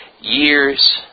years